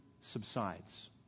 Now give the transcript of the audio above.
subsides